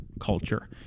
Culture